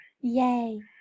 Yay